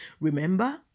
Remember